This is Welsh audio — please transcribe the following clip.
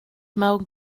mewn